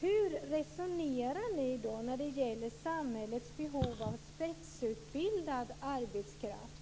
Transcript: Hur resonerar ni när det gäller samhällets behov av spetsutbildad arbetskraft?